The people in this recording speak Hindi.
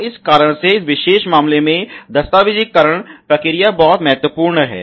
तो इस कारण से इस विशेष मामले में दस्तावेजीकरण प्रक्रिया बहुत महत्वपूर्ण है